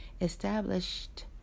established